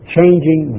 Changing